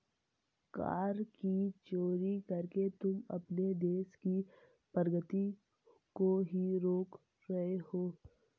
कर की चोरी करके तुम अपने देश की प्रगती को ही रोक रहे हो